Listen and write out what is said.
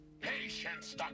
Patience